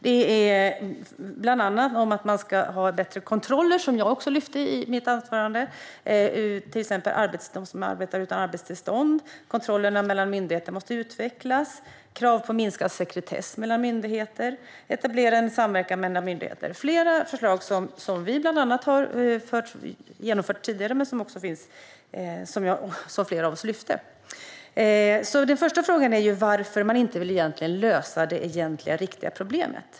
Det är bland annat att man ska ha bättre kontroller - till exempel av dem som arbetar utan arbetstillstånd, vilket jag också tog upp i mitt anförande - och att kontrollerna måste utvecklas mellan myndigheter. Det är krav på minskad sekretess mellan myndigheter och att man etablerar samverkan mellan myndigheter. Flera av förslagen har vi genomfört tidigare, och flera har vi lyft fram här. Min första fråga är alltså varför man inte vill lösa det egentliga, riktiga problemet.